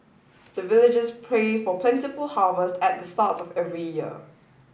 the villagers pray for plentiful harvest at the start of every year